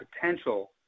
potential